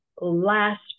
last